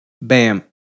Bam